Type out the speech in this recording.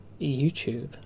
YouTube